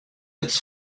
its